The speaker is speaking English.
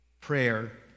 prayer